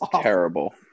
terrible